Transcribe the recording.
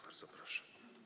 Bardzo proszę.